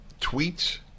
tweets